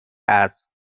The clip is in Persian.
است